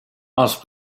els